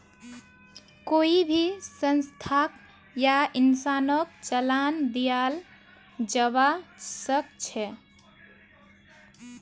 कोई भी संस्थाक या इंसानक चालान दियाल जबा सख छ